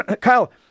Kyle